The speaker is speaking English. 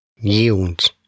Yields